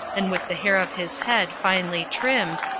and with the hair of his head finely trimmed,